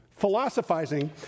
philosophizing